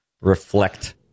reflect